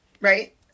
right